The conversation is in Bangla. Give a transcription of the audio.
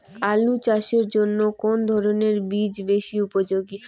আলু চাষের জন্য কোন ধরণের বীজ বেশি উপযোগী?